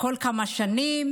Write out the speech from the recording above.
בכל כמה שנים,